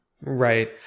right